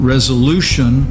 resolution